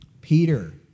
Peter